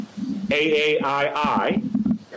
AAII